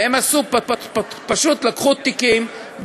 והם פשוט פתחו תיקים,